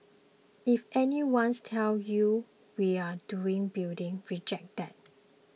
if anyone's tells you we're done building reject that